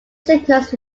signals